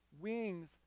wings